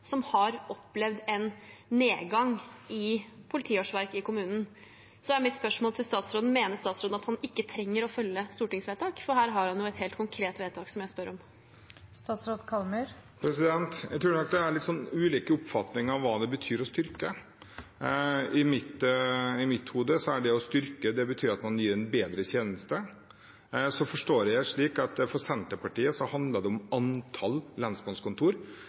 som har opplevd en nedgang i politiårsverk. Da er mitt spørsmål til statsråden: Mener statsråden at han ikke trenger å følge stortingsvedtak? For det jeg spør om her, er et helt konkret vedtak. Jeg tror nok det er litt ulik oppfatning av hva det betyr «å styrke». I mitt hode betyr det å styrke at man gir en bedre tjeneste. Så forstår jeg det slik at for Senterpartiet handler det om antall lensmannskontor.